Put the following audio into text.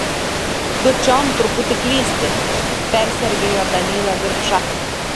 tu čion truputį klysti persergėjo danylą virpša